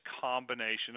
combination